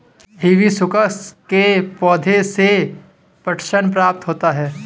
hibiscus के पौधे से पटसन प्राप्त होता है